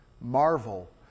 Marvel